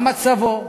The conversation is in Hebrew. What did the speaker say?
מה מצבו,